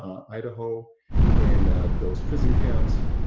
idaho in those prison camps